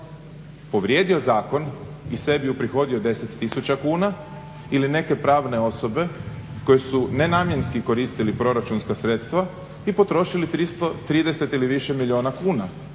povrijedio zakon i sebi uprihodio 10 tisuća kuna ili neke pravne osobe koje su nenamjenski koristili proračunska sredstva i potrošili 330 ili više milijuna kuna